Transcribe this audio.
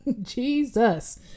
Jesus